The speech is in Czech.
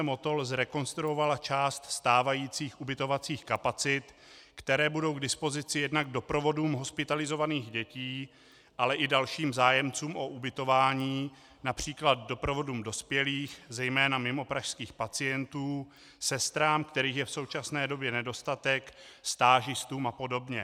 Motol zrekonstruovala část stávajících ubytovacích kapacit, které budou k dispozici jednak doprovodům hospitalizovaných dětí, ale i dalším zájemcům o ubytování, např. doprovodům dospělých, zejména mimopražských pacientů, sestrám, kterých je v současné době nedostatek, stážistům apod.